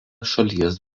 šalies